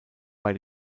bei